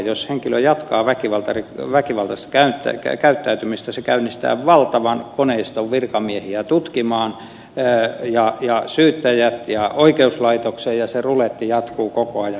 jos henkilö jatkaa väkivaltaista käyttäytymistä se käynnistää valtavan koneiston virkamiehiä syyttäjät ja oikeuslaitoksen tutkimaan ja se ruletti jatkuu koko ajan